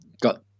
got